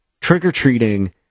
trick-or-treating